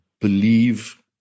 believe